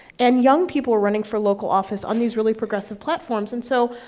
and young people are running for local office on these really progressive platforms. and so,